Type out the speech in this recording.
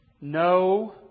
No